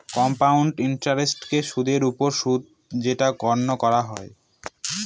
compound ইন্টারেস্টকে সুদের ওপর সুদ যেটা গণনা করা হয়